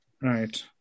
Right